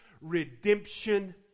redemption